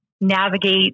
navigate